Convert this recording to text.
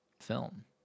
film